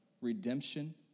redemption